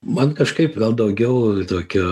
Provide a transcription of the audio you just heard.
man kažkaip gal daugiau tokio